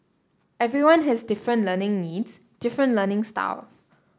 everyone has different learning needs different learning style